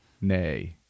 nay